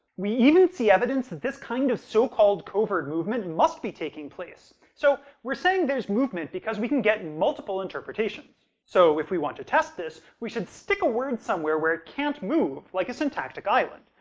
we even see evidence that this kind of so-called covert movement must be taking place. so, we're saying there's movement because we can get multiple interpretations. so if we want to test this, we should stick a word somewhere where it can't move, like a syntactic island.